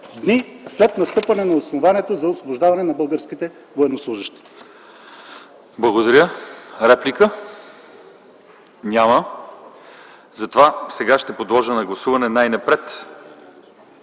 дни след настъпване на основанието за освобождаване на българските военнослужещи.